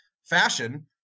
Fashion